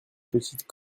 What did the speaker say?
petites